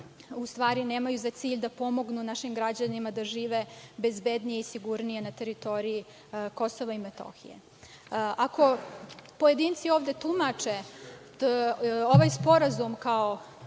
u stvari nemaju za cilj da pomognu našim građanima da žive bezbednije i sigurnije na teritoriji Kosova i Metohije. Ako pojedinci ovde tumače ovaj sporazum kao